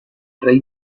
rey